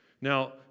Now